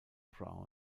brown